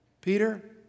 Peter